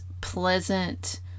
pleasant